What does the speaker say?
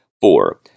four